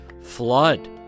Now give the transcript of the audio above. flood